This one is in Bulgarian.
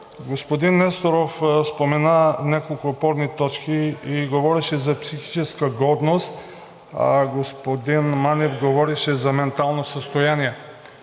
Господин Несторов спомена няколко опорни точки и говореше за психическа годност, а господин Манев говореше за ментално състояние.